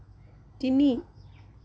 তিনি